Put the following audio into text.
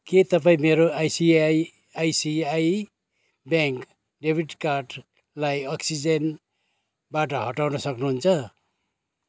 के तपाईँ मेरो आइसिआई आइसिआई ब्याङ्क डेबिट कार्डलाई अक्सिजेनबाट हटाउन सक्नुहुन्छ